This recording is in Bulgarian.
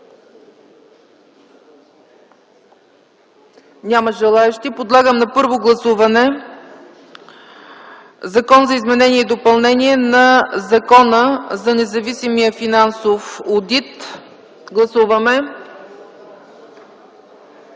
Няма желаещи. Подлагам на първо гласуване Законопроекта за изменение и допълнение на Закона за независимия финансов одит. Гласували